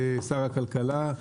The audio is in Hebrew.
שר הכלכלה,